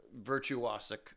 virtuosic